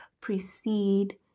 precede